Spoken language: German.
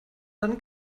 dann